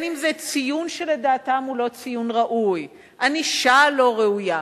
אם ציון שלדעתם הוא לא ציון ראוי, ענישה לא ראויה,